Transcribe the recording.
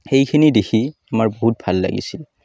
সেইখিনি দেখি আমাৰ বহুত ভাল লাগিছিল